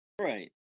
Right